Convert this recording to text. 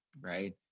right